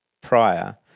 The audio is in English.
prior